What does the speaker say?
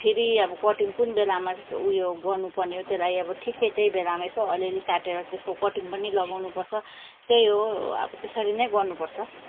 फेरि अब कटिङ् कुन बेलामा उयो गर्नुपर्ने हो त्यसलाई अब ठिकै त्यही बेलामा यसो अलिअलि काटेर त्यसको कटिङ् पनि लगाउनुपर्छ त्यही हो अब त्यसरी नै गर्नुपर्छ